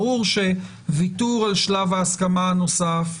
ברור שוויתור על שלב ההסכמה הנוסף,